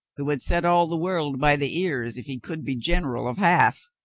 who would set all the world by the ears if he could be general of half.